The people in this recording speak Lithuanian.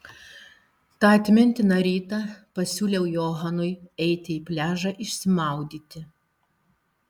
tą atmintiną rytą pasiūliau johanui eiti į pliažą išsimaudyti